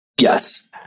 Yes